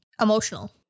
emotional